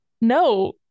No